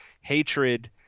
hatred